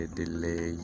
delay